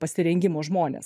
pasirengimo žmonės